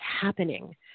happening